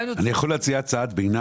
אפשר להציע הצעת ביניים?